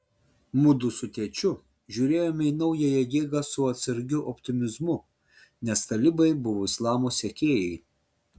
mudu su tėčiu žiūrėjome į naująją jėgą su atsargiu optimizmu nes talibai buvo islamo sekėjai